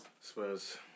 Spurs